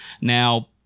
Now